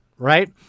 Right